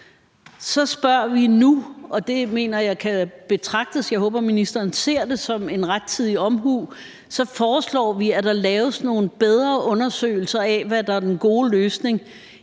Så efterspørger vi nu – og det mener jeg kan betragtes, og jeg håber ministeren ser det sådan, som rettidig omhu – og foreslår, at der laves nogle bedre undersøgelser af, hvad der er den gode løsning,